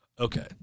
Okay